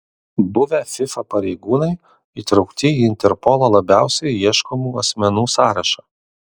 buvę fifa pareigūnai įtraukti į interpolo labiausiai ieškomų asmenų sąrašą